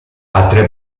altre